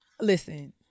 listen